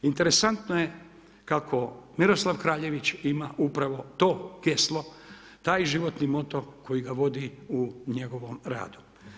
Interesantno je kako Miroslav Kraljević ima upravo to geslo, taj životni moto koji ga vodi u njegovom radu.